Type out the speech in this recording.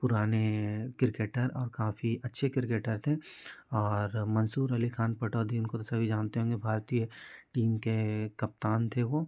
पुराने क्रिकेटर और काफी अच्छे क्रिकेटर थे और मंसूद अली ख़ाँ पटौड़ी उनको तो सभी जानते होंगे भारतीय टीम के कप्तान थे वे